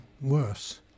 worse